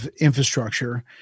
infrastructure